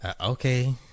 okay